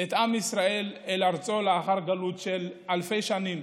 את עם ישראל אל ארצו לאחר גלות של אלפי שנים.